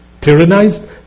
tyrannized